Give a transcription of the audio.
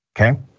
okay